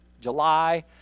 July